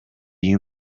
you